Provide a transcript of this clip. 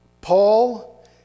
Paul